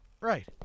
Right